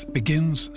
begins